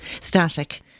static